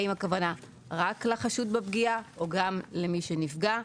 האם הכוונה רק לחשוד בפגיעה או גם מי שנפגע?